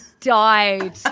died